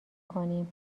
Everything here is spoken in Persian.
کنیم